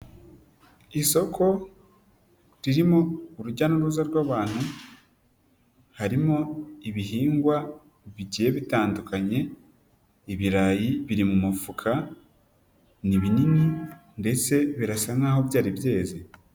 Isoko ririmo urujya n'uruza rw'abantu, harimo ibihingwa bigiye bitandukanye, ibirayi biri mu mufuka ni binini ndetse birasa nkaho byari byeze.